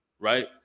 Right